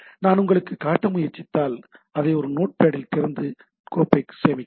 நான் உங்களுக்குக் காட்ட முயற்சித்தால் அதை ஒரு நோட் பேடில் திறந்து கோப்பை சேமிக்கவும்